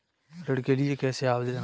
ऋण के लिए कैसे आवेदन करें?